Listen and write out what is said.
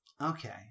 Okay